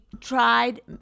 tried